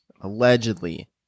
Allegedly